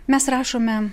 mes rašome